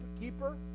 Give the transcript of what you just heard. keeper